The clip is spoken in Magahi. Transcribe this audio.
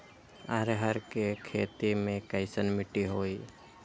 अरहर के खेती मे कैसन मिट्टी होइ?